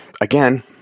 Again